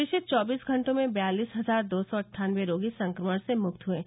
पिछले चौबीस घंटों में बयालिस हजार दो सौ अटठानबे रोगी संक्रमण से मुक्त हुए हैं